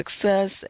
success